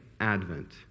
advent